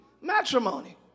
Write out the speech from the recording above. matrimony